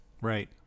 Right